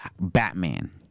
Batman